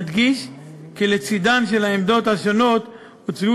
נדגיש כי לצדן של העמדות השונות הוצאו